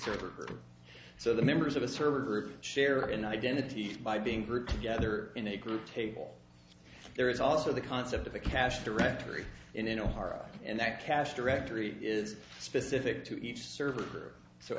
server so the members of a server group share an identity by being grouped together in a group table there is also the concept of a cached directory in a heart and that cache directory is specific to each server so